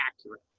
accurate